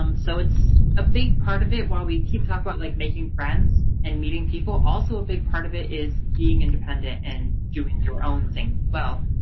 um so it's a big part of it while we keep talking about, like, making friends and meeting people, also a big part of it is being independent and doing your own thing as well.